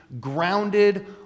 grounded